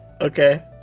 Okay